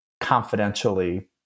confidentially